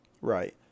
Right